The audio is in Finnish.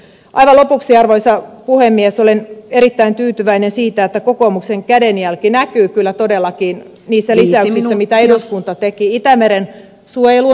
aivan lopuksi arvoisa puhemies olen erittäin tyytyväinen siihen että kokoomuksen kädenjälki näkyy kyllä todellakin niissä lisäyksissä mitä eduskunta teki itämeren suojeluun